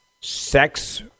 sex